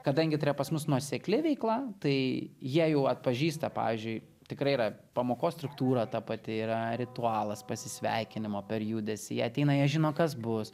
kadangi tai yra pas mus nuosekli veikla tai jie jau atpažįsta pavyzdžiui tikrai yra pamokos struktūra ta pati yra ritualas pasisveikinimo per judesį jie ateina jie žino kas bus